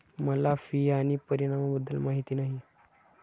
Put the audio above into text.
मला फी आणि परिणामाबद्दल माहिती नाही